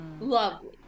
Lovely